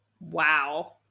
wow